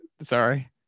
sorry